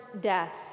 death